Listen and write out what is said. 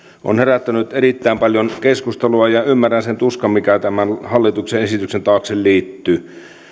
on herättänyt erittäin paljon keskustelua ja ymmärrän sen tuskan mikä tämän hallituksen esityksen taakse liittyy